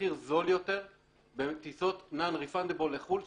מחיר זול יותר בטיסות non-refundable לחו"ל.